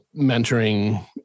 mentoring